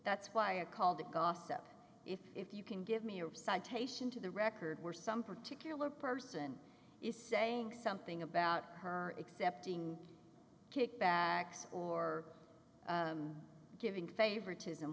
that's why i called the cost up if if you can give me a citation to the record where some particular person is saying something about her accepting kickbacks or giving favoritism